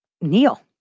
kneel